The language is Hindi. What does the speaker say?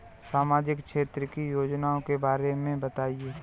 सामाजिक क्षेत्र की योजनाओं के बारे में बताएँ?